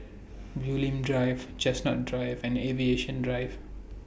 Bulim Drive Chestnut Drive and Aviation Drive